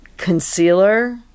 concealer